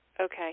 Okay